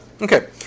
Okay